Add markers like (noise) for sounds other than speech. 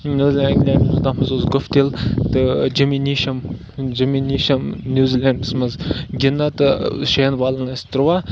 نِو Zealand England (unintelligible) تَتھ منٛز اوس گُفتِل تہٕ جِمہِ نیشَم جِمہِ نیشَم نِو زِلینٛڈَس منٛز گِنٛدان تہٕ شٮ۪ن بالَن ٲسۍ تُرٛواہ